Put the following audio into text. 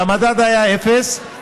והמדד היה אפס,